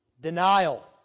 Denial